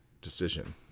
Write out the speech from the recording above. decision